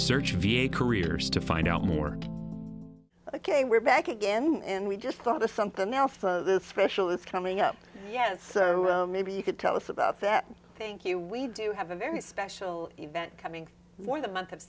search v a careers to find out more ok we're back again and we just thought of something else the special is coming up yes so maybe you could tell us about that thank you we do have a very special event coming for the month of